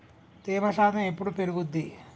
తేమ శాతం ఎప్పుడు పెరుగుద్ది?